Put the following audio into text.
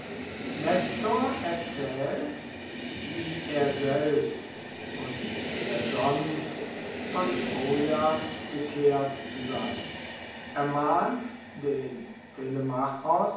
nestor erzählt wie er selbst und wer sonst von troja gekehrt sei ermahnt den